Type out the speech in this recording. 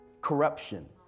corruption